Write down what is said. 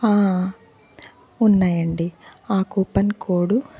ఉన్నాయండి coupon code